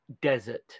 desert